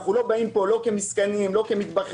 אנחנו לא באים לפה כמסכנים או כמתבכיינים.